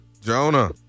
Jonah